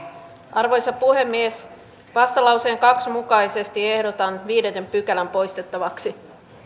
arvoisa puhemies vastalauseen kaksi mukaisesti ehdotan viidettä pykälää poistettavaksi